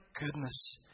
goodness